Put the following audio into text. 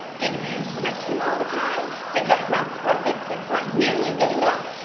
did you correct him all the time? say that's not perfect, that's not nearly good enough?